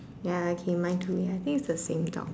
ya okay mine too ya I think it's the same dog